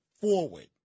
forward